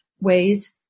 ways